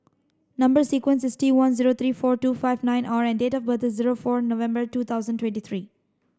number sequence is T one zero three four two five nine R and date of birth is zero four November two thousand twenty three